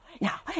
now